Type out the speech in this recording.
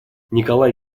николай